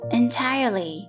entirely